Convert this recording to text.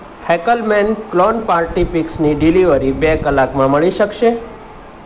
Fackelmann clone party પિકસની delivery બે કલાકમાં મળી શકશે